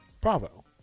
bravo